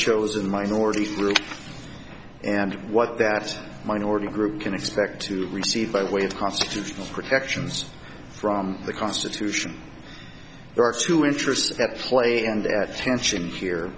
chosen minority and what that minority group can expect to receive by way of constitutional protections from the constitution there are two interest